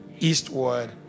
eastward